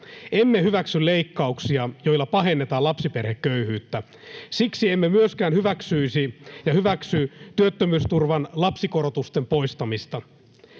Emme hyväksy leikkauksia, joilla pahennetaan lapsiperheköyhyyttä. Siksi emme myöskään hyväksy työttömyysturvan lapsikorotusten poistamista.